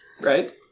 right